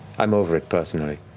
i'm over it, personally,